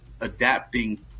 adapting